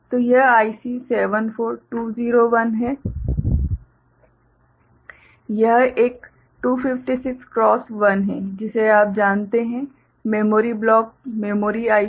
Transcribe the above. तो यह आईसी 74201 है यह एक 256 क्रॉस 1 है जिसे आप जानते हैं मेमोरी ब्लॉक मेमोरी आईसी